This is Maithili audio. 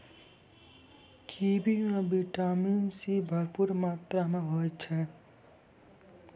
कीवी म विटामिन सी भरपूर मात्रा में होय छै